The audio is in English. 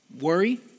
worry